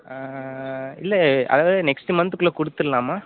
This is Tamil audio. ஆ இல்லை அதாவது நெக்ஸ்ட் மன்த்குள்ள கொடுத்துடலாமா